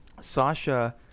Sasha